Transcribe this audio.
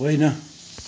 होइन